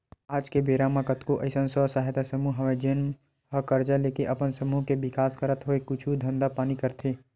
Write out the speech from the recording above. आज के बेरा म कतको अइसन स्व सहायता समूह हवय जेन मन ह करजा लेके अपन समूह के बिकास करत होय कुछु धंधा पानी करथे